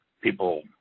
people